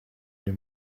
your